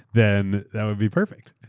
then that would be perfect.